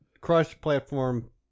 cross-platform